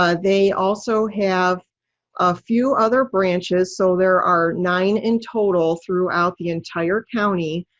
ah they also have a few other branches, so there are nine in total throughout the entire county.